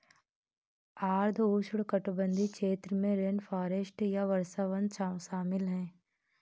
आर्द्र उष्णकटिबंधीय क्षेत्र में रेनफॉरेस्ट या वर्षावन शामिल हैं